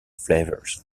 flavours